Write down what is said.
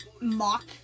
mock